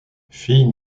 fille